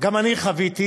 גם אני חוויתי,